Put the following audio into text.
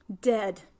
dead